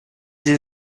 sie